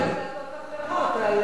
עד שנקבל החלטות אחרות.